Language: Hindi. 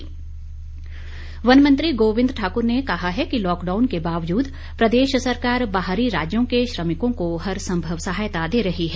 गोविंद ठाकुर वन मंत्री गोविंद ठाक्र ने कहा है कि लॉकडाउन के बावजूद प्रदेश सरकार बाहरी राज्यों के श्रमिकों को हर संभव सहायता दे रही है